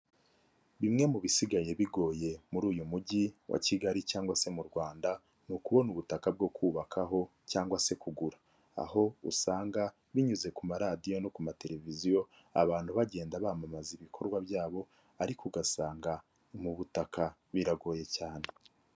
Bimwe mu bisigaye bigoye muri uyu mujyi wa Kigali cyangwa se mu Rwanda, ni ukubona ubutaka bwo kubakaho cyangwa se kugura, aho usanga binyuze ku maradiyo no ku mateleviziyo abantu bagenda bamamaza ibikorwa byabo ariko ugasanga mu butaka biragoye cyane.